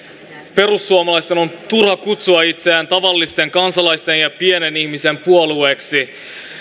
perussuomalaisten on turha kutsua itseään tavallisten kansalaisten ja pienen ihmisen puolueeksi